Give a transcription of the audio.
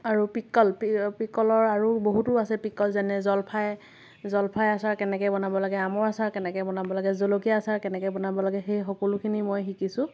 আৰু পিকল পিকলৰ আৰু বহুতো আছে পিকল যেনে জলফাই জলফাই আচাৰ কেনেকৈ বনাব লাগে আমৰ আচাৰ কেনেকৈ বনাব লাগে জলকীয়া আচাৰ কেনেকৈ বনাব লাগে সেই সকলোখিনি মই শিকিছোঁ